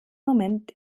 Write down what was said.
moment